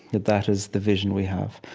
that that is the vision we have,